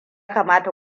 kamata